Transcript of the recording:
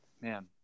man